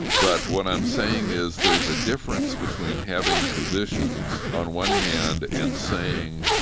but what i'm saying is there's a difference between having positions on one hand and saying,